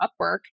Upwork